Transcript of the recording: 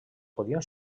podien